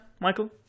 Michael